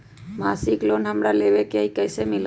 मासिक लोन हमरा लेवे के हई कैसे मिलत?